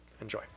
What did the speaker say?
enjoy